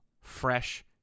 fresh